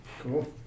Cool